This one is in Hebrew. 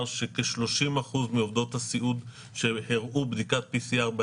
כ-30% מעובדות הסיעוד שהראו בדיקת PCR שלילית